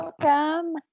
Welcome